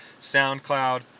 soundcloud